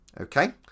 okay